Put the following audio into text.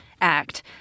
act